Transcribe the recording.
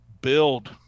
build